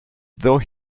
though